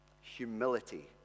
Humility